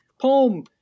poem